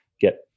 get